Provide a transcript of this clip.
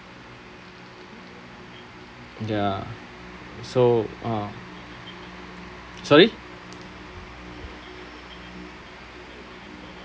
ya so uh sorry